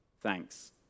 thanks